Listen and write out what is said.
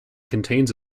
contains